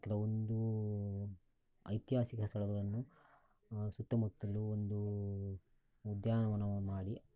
ಕೆಲವೊಂದು ಐತಿಹಾಸಿಕ ಸ್ಥಳಗಳನ್ನು ಸುತ್ತಮುತ್ತಲು ಒಂದು ಉದ್ಯಾನವನವನ್ನು ಮಾಡಿ